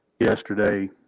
yesterday